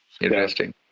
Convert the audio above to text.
Interesting